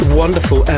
wonderful